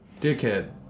Dickhead